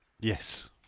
Yes